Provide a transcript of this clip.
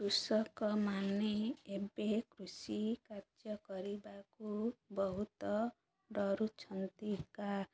କୃଷକମାନେ ଏବେ କୃଷି କାର୍ଯ୍ୟ କରିବାକୁ ବହୁତ ଡରୁଛନ୍ତି କା